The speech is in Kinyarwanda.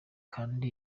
kandi